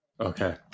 okay